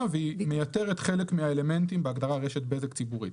והיא מייתרת חלק מהאלמנטים בהגדרה רשת בזק ציבורית.